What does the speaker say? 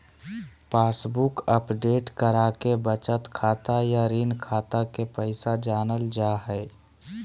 passbook update कराके बचत खाता या ऋण खाता के पैसा जानल जा हय